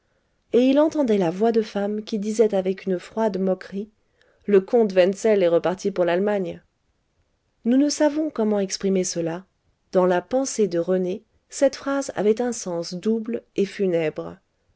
et il entendait la voix de femme qui disait avec une froide moquerie le comte wensel est reparti pour l'allemagne nous ne savons comment exprimer cela dans la pensée de rené cette phrase avait un sens double et funèbre